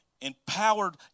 empowered